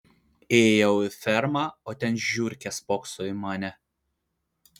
įėjau į fermą o ten žiurkė spokso į mane